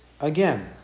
again